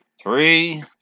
Three